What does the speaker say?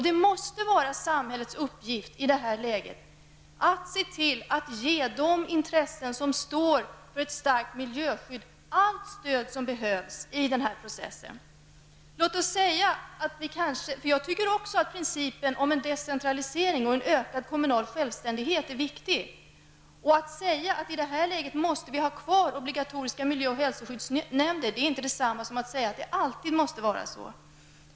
Det måste vara samhällets uppgift att se till att ge de intressen som står för ett starkt miljöskydd allt det stöd som behövs i den här processen. Jag tycker också att principen om en decentralisering och en ökad kommunal självständighet är viktig. Att säga att vi i detta läge måste ha kvar obligatoriska miljö och hälsoskyddsnämnder är inte detsamma som att säga att det alltid måste vara så.